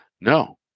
No